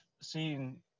seen